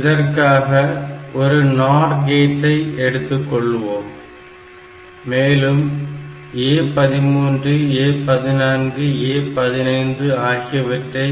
இதற்காக ஒரு NOR கேட்டை எடுத்துக்கொள்வோம் மேலும் A13 A14 A15 ஆகியவற்றை